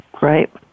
right